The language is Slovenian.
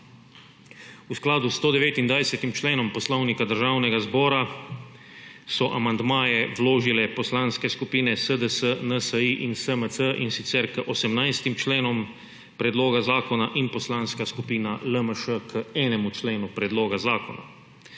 V skladu s 129. členom Poslovnika Državnega zbora so amandmaje vložile Poslanske skupine SDS, NSi in SMC, in sicer k 18 členom predloga zakona, in Poslanska skupina LMŠ k enemu členu predloga zakona.